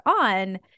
on